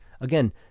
again